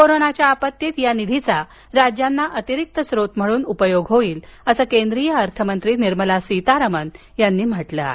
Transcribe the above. कोरोनाच्या आपत्तीत या निधीचा राज्यांना अतिरिक्त स्रोत म्हणून उपयोग होईल अस केंद्रीय अर्थ मंत्री निर्मला सीतारमन यांनी म्हटल आहे